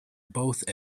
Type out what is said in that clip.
both